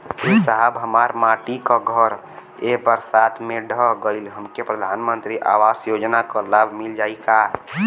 ए साहब हमार माटी क घर ए बरसात मे ढह गईल हमके प्रधानमंत्री आवास योजना क लाभ मिल जाई का?